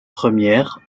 premières